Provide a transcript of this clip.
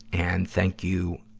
and thank you,